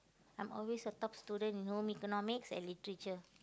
I'm always the top student in home-economics and literature